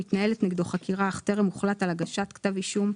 מתנהלת נגדו חקירה אך טרם הוחלט על הגשת כתב אישום.